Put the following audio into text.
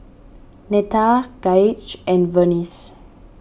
Netta Gaige and Vernice